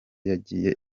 yagiye